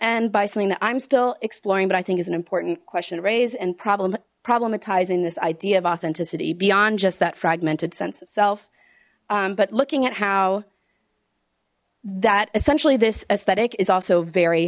end by something that i'm still exploring but i think is an important question raised and problem problematizing this idea of authenticity beyond just that fragmented sense of self but looking at how that essentially this aesthetic is also very